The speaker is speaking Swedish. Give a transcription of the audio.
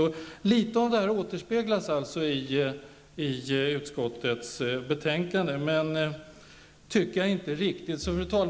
Litet av det återspeglas alltså i utskottets betänkande, men jag tycker inte att det är riktigt.